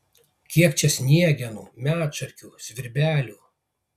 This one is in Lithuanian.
kiek čia sniegenų medšarkių svirbelių